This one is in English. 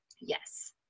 Yes